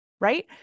right